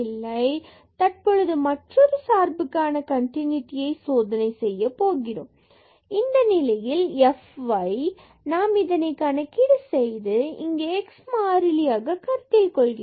நாம் தற்பொழுது மற்றொரு சார்புக்காண கண்டினுடியை சோதனை செய்யப் போகிறோம் இந்த நிலையில் மீண்டும் fy நாம் இதனை கணக்கீடு செய்து இங்கு x மாறிலியாக கருத்தில் கொள்கிறோம்